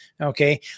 okay